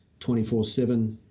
24-7